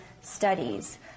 studies